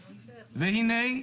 והנה,